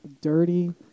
dirty